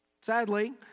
sadly